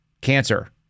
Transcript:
cancer